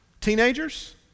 Teenagers